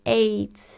eight